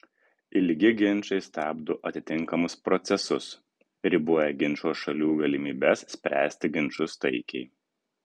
ilgi ginčai stabdo atitinkamus procesus riboja ginčo šalių galimybes spręsti ginčus taikiai